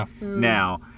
now